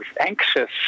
anxious